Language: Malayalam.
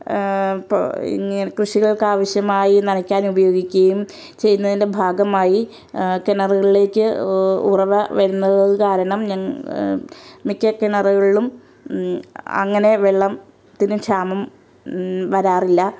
കൃഷികൾക്ക് ആവശ്യമായി നനക്കാൻ ഉപയോഗിക്കുകയും ചെയ്യുന്നതിൻ്റെ ഭാഗമായി കിണറുകളിലേക്ക് ഉറവ വരുന്നത് കാരണം മിക്ക കിണറുകളിലും അങ്ങനെ വെള്ളത്തിന് ക്ഷാമം വരാറില്ല